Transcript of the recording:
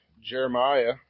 Jeremiah